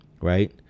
Right